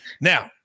Now